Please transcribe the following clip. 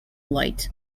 light